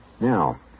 Now